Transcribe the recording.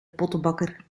pottenbakker